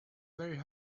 very